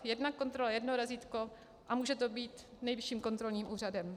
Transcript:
Jedna kontrola, jedno razítko a může to být Nejvyšším kontrolním úřadem.